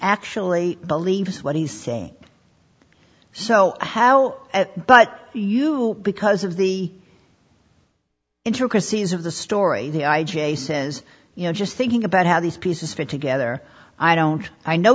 actually believes what he said so how at but you because of the intricacies of the story the i j a says you know just thinking about how these pieces fit together i don't i know